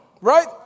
right